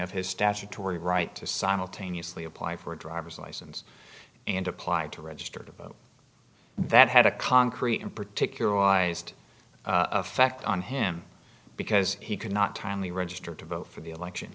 of his statutory right to simultaneously apply for a driver's license and apply to register to vote that had a concrete and particularized effect on him because he could not timely register to vote for the election